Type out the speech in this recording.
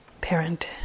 parent